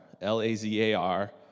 L-A-Z-A-R